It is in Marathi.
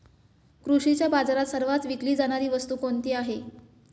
कृषी बाजारात सर्वात विकली जाणारी वस्तू कोणती आहे?